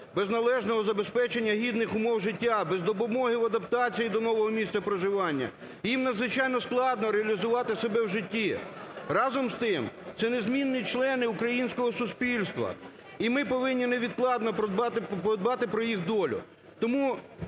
Без належного забезпечення гідних умов життя, без допомоги в адаптації до нового місця проживання їм надзвичайно складно реалізувати себе в житті. Разом з тим, це незамінні члени українського суспільства. І ми повинні невідкладно подбати про їх долю. Тому,